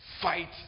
fight